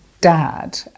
dad